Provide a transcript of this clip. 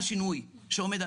הוויכוחים הפוליטיים זה שם בחדר.